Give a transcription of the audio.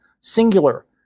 singular